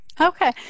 Okay